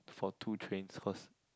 for two trains first